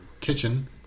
kitchen